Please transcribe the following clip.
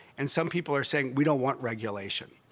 and some people are saying, we don't want regulation.